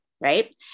right